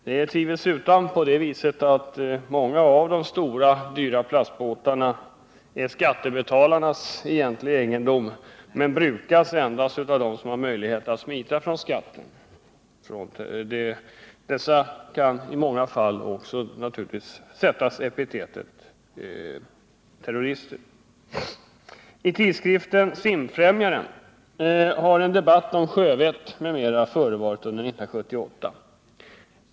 Det är tvivelsutan på det viset att många av de stora, dyra plastbåtarna är skattebetalarnas egentliga egendom men brukas endast av dem som har möjlighet att smita från skatt. Dessa kan naturligtvis i många fall förses med epitetet terrorister. I tidskriften Simfrämjaren har en debatt om sjövett m.m. förevarit under 1978.